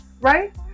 Right